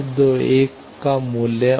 S2 1